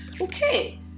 Okay